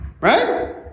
right